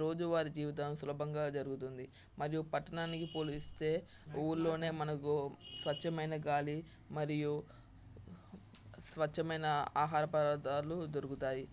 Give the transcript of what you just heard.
రోజువారి జీవితం సులభంగా జరుగుతుంది మరియు పట్టణానికి పోలిస్తే ఊర్లోనే మనకు స్వచ్ఛమైన గాలి మరియు స్వచ్ఛమైన ఆహార పదార్ధాలు దొరుకుతాయి